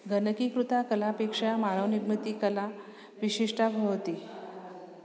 गणकीकृतकलापेक्षा मानवनिर्मितकला विशिष्टा भवति